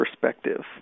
perspective